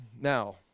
Now